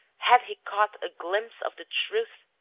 had he caught a glimpse of the truth?